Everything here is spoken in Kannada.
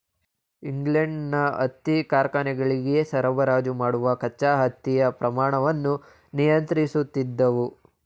ಇಂಗ್ಲೆಂಡಿನ ಹತ್ತಿ ಕಾರ್ಖಾನೆಗಳಿಗೆ ಸರಬರಾಜು ಮಾಡುವ ಕಚ್ಚಾ ಹತ್ತಿಯ ಪ್ರಮಾಣವನ್ನು ನಿಯಂತ್ರಿಸುತ್ತಿದ್ದವು